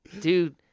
Dude